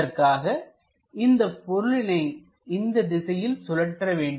அதற்காக இந்தப் பொருளினை இந்த திசையில் சுழற்ற வேண்டும்